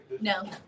No